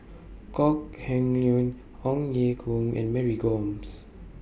Kok Heng Leun Ong Ye Kung and Mary Gomes